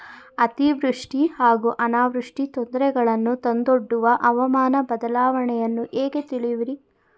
ಅತಿವೃಷ್ಟಿ ಹಾಗೂ ಅನಾವೃಷ್ಟಿ ತೊಂದರೆಗಳನ್ನು ತಂದೊಡ್ಡುವ ಹವಾಮಾನ ಬದಲಾವಣೆಯನ್ನು ಹೇಗೆ ತಿಳಿಯುವಿರಿ?